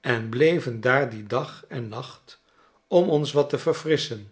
en bleven daar dien dag en nacht om ons wat te verfrisschen